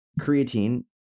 creatine